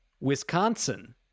Wisconsin